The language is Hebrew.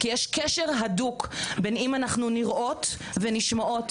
כי יש קשר הדוק בין אם אנחנו נראות ונשמעות,